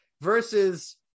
versus